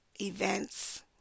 events